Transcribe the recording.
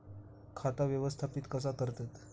खाता व्यवस्थापित कसा करतत?